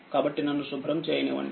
కాబట్టినన్ను శుభ్రం చేయనివ్వండి